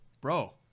bro